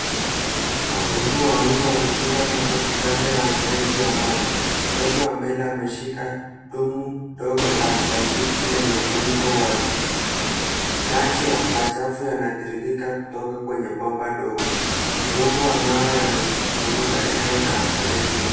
Watoto wawili wamepiga magoti kando ya mfereji wa maji. Mtoto wa mbele ameshika dumu ndogo la plastiki lenye ufuniko wazi. Maji machafu yanatiririka kutoka kwenye bomba dogo. Udongo wa mawe yamezunguka eneo la mfereji huo.